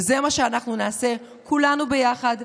וזה מה שאנחנו נעשה כולנו ביחד.